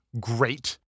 great